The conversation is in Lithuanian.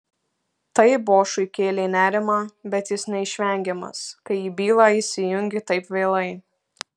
tai bošui kėlė nerimą bet jis neišvengiamas kai į bylą įsijungi taip vėlai